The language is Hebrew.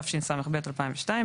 התשס"ב-2002,